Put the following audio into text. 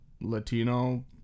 Latino